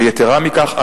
ויתירה מכך,